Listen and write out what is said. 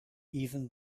even